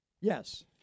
Yes